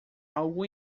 algo